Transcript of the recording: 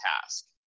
task